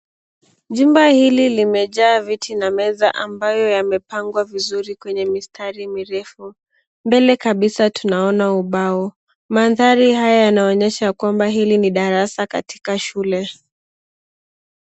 Jumba hili limejaa viti na meza ambayo yamepangwa vizuri kwenye mistari mirefu, mbele kabisa tunaona ubao, manshari haya yanaonesha hili ni darasa katika shule.